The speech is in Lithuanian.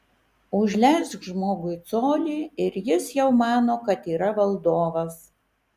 užleisk žmogui colį ir jis jau mano kad yra valdovas